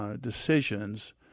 decisions